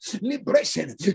liberation